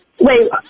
Wait